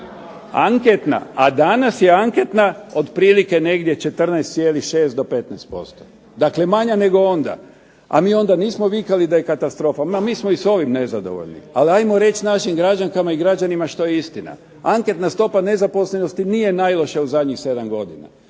Anketna. A danas je anketna otprilike negdje 14,6 do 15%. Dakle manja nego onda. A mi onda nismo vikali da je katastrofa. Ma mi smo i s ovim nezadovoljni, ali ajmo reći našim građankama i građanima što je istina. Anketna stopa nezaposlenosti nije najlošija u zadnjih 7 godina.